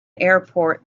airport